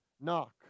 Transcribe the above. knock